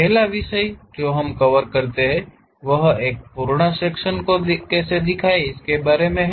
पहला विषय जो हम कवर करते हैं वह एक पूर्ण सेक्शन को कैसे दिखाये इसके बारे मे हैं